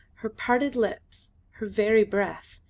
her parted lips, her very breath,